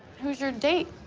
who's your date?